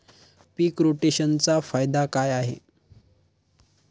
पीक रोटेशनचा फायदा काय आहे?